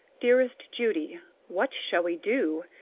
dearest judy what shall we do?